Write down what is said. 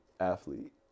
athlete